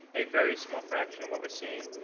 a very small fraction, of what we're seeing.